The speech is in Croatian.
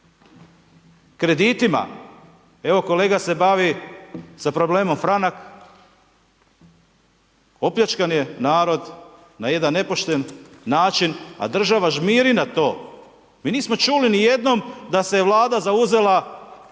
kreditima. Evo kolega se bavi sa problemom franak. Opljačkan je narod na jedan nepošten način, a država žmiri na to. Mi nismo čuli ni jednom da se Vlada zauzela za